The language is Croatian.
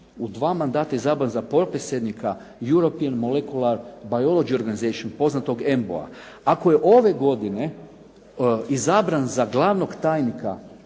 u 2 mandata izabran za potpredsjednika Europian molecular biology organization, poznatog EMBO-a, ako je ove godine izabran za glavnog tajnika